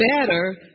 better